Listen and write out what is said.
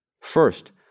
First